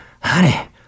honey